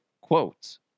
quotes